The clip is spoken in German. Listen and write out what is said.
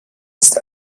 ist